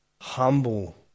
humble